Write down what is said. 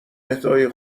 اهدای